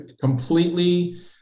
completely